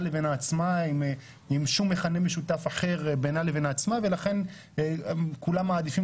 לבין עצמה ושום מכנה משותף אחר בינה לבין עצמה ולכן כולם מעדיפים